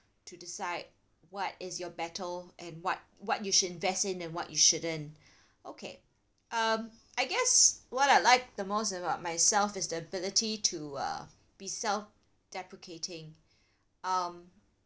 to decide what is your battle and what what you should invest in and what you shouldn't okay um I guess what I like the most about myself is the ability to uh be self deprecating um